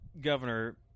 governor